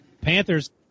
Panthers